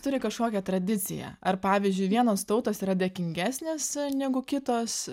turi kažkokią tradiciją ar pavyzdžiui vienos tautos yra dėkingesnės negu kitos